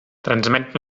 transmet